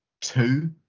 two